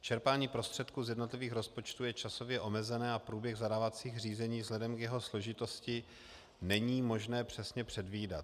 Čerpání prostředků z jednotlivých rozpočtů je časově omezené a průběh zadávacích řízení vzhledem k jeho složitosti není možné přesně předvídat.